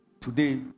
Today